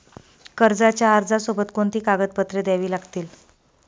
कर्जाच्या अर्जासोबत कोणती कागदपत्रे द्यावी लागतील?